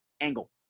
angle